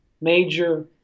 major